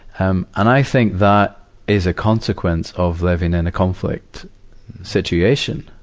um and i think that is a consequence of living in a conflict situation.